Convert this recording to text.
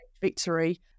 victory